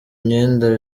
imyenda